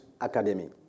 Academy